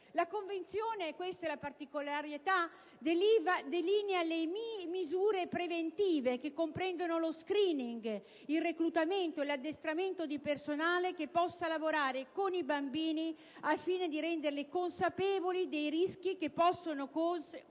La Convenzione - questa è la particolarità - delinea misure preventive che comprendono lo *screening*, il reclutamento e l'addestramento di personale che possa lavorare con i bambini al fine di renderli consapevoli dei rischi che possono correre